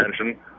attention